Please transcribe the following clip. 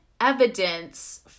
evidence